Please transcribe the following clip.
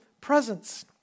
presence